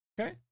Okay